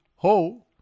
Ho